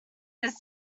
this